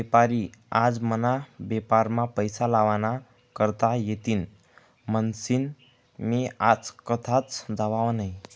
बेपारी आज मना बेपारमा पैसा लावा ना करता येतीन म्हनीसन मी आज कथाच जावाव नही